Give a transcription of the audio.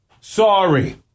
Sorry